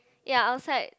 ya outside